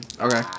Okay